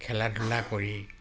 খেলা ধূলা কৰি